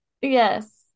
Yes